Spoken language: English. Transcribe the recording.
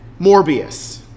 Morbius